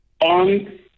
on